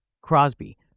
Crosby